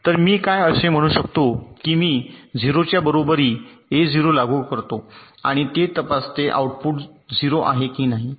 तर मी काय असे म्हणू शकतो की मी ० च्या बरोबरी A0 लागू करतो आणि ते तपासते आउटपुट 0 आहे की नाही